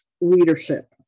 leadership